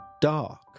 dark